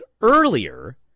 earlier